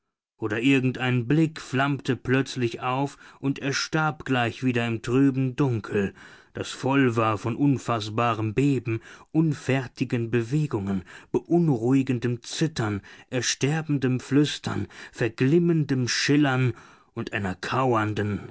oder irgendein blick flammte plötzlich auf und erstarb gleich wieder im trüben dunkel das voll war von unfaßbarem beben unfertigen bewegungen beunruhigendem zittern ersterbendem flüstern verglimmendem schillern und einer kauernden